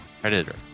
predator